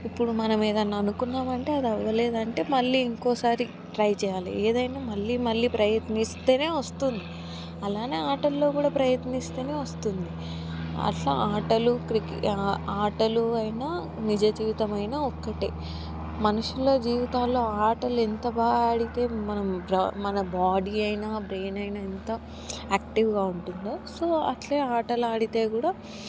ఇప్పుడు మనం ఏదైనా అనుకున్నామంటే అది అవలేదంటే మళ్ళీ ఇంకోసారి ట్రై చేయాలి ఏదైనా మళ్లీ మళ్లీ ప్రయత్నిస్తేనే వస్తుంది అలానే ఆటల్లో కూడా ప్రయత్నిస్తూనే వస్తుంది అట్లా ఆటలు క్రికెట్ ఆటలు అయినా నిజజీవితమైన ఒక్కటే మనుషుల జీవితాల్లో ఆటలు ఎంత బాగా ఆడితే మనం మన బాడీ అయినా బ్రెయిన్ ఎంత యాక్టివ్గా ఉంటుందో సో అట్లే ఆటలాడితే కూడా